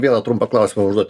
vieną trumpą klausimą užduot